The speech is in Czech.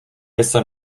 jsem